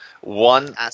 One